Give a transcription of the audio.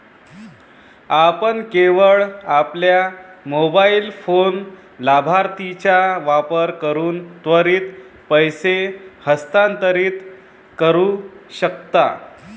आपण केवळ आपल्या मोबाइल फोन लाभार्थीचा वापर करून त्वरित पैसे हस्तांतरित करू शकता